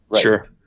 Sure